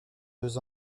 deux